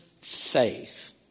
faith